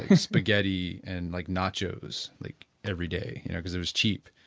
spaghetti and like nachos like everyday you know because it was cheap.